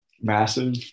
massive